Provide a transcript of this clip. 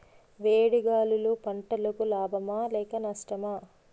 వేడి గాలులు పంటలకు లాభమా లేక నష్టమా?